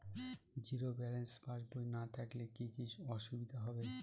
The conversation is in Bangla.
জিরো ব্যালেন্স পাসবই না থাকলে কি কী অসুবিধা হবে?